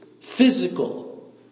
physical